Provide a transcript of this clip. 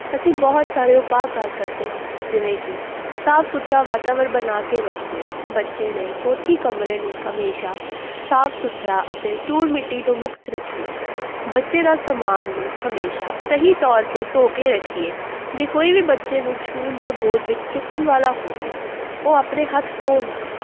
ਅਸੀਂ ਬਹੁਤ ਸਾਰੇ ਉਪਾਅ ਕਰ ਸਕਦੇ ਹਨ ਜਿਵੇਂ ਕਿ ਸਾਫ਼ ਸੁਥਰਾ ਵਾਤਾਵਰ ਬਣਾ ਕੇ ਰੱਖੀਏ ਬੱਚੇ ਦੇ ਕੋਠੀ ਕਮਰੇ ਨੂੰ ਹਮੇਸ਼ਾ ਸਾਫ਼ ਸੁਥਰਾ ਅਤੇ ਧੂਲ ਮਿੱਟੀ ਤੋਂ ਮੁਕਤ ਰੱਖੀਏ ਬੱਚੇ ਦਾ ਸਮਾਨ ਨੂੰ ਹਮੇਸ਼ਾ ਸਹੀ ਤੌਰ 'ਤੇ ਧੋ ਕੇ ਰੱਖੀਏ ਜੇ ਕੋਈ ਵੀ ਬੱਚੇ ਨੂੰ ਛੂਹਣ ਜਾਂ ਗੋਦ ਵਿੱਚ ਚੁੱਕਣ ਵਾਲਾ ਹੋਵੇ ਉਹ ਆਪਣੇ ਹੱਥ ਧੋ ਲਵੇ